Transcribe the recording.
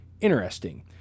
interesting